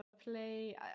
play